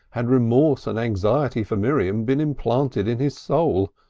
had remorse and anxiety for miriam been implanted in his soul?